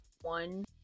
one